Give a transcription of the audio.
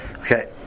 Okay